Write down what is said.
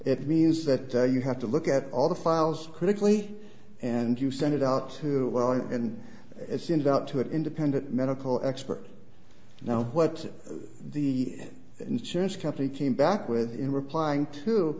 it means that you have to look at all the files critically and you send it out who are you and it's in doubt to an independent medical expert now what the insurance company came back with in replying to